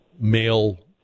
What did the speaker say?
male